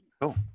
Cool